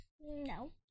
No